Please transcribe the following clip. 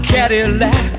Cadillac